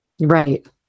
Right